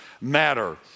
matter